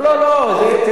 לא, לא, לא.